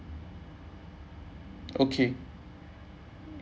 okay